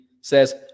says